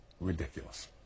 ridiculous